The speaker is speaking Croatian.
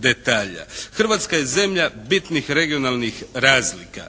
detalja. Hrvatska je zemlja bitnih regionalnih razlika.